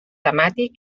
temàtic